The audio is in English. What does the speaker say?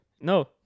No